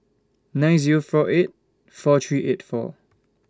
nine Zero four eight four three eight four